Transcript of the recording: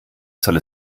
soll